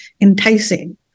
enticing